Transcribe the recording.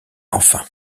enfin